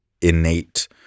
innate